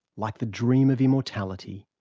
like the dream of immortality,